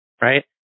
right